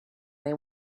they